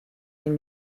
den